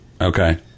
Okay